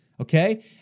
okay